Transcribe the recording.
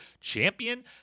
champion